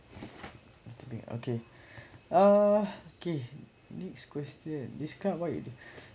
to be okay uh okay next question describe what you did